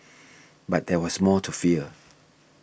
but there was more to fear